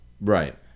Right